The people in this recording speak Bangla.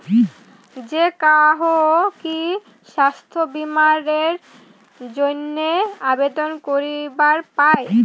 যে কাহো কি স্বাস্থ্য বীমা এর জইন্যে আবেদন করিবার পায়?